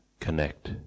connect